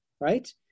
right